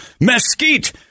Mesquite